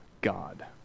God